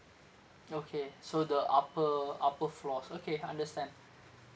okay so the upper upper floors okay understand